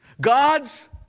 God's